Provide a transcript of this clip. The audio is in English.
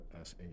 s8